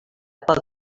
pel